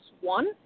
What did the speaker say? one